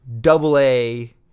double-A